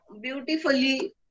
beautifully